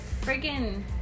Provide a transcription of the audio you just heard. friggin